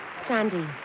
Sandy